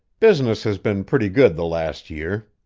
business has been pretty good the last year.